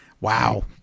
Wow